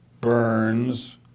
Burns